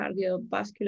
cardiovascular